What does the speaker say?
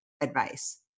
advice